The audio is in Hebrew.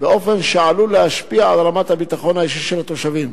באופן שעלול להשפיע על רמת הביטחון האישי של התושבים.